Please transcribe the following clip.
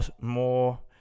more